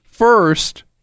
First